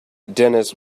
dennis